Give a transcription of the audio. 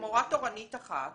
מורה תורנית אחת